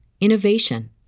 innovation